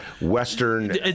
western